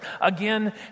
again